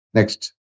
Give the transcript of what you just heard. Next